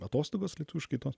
atostogos lietuviškai tos